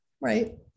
Right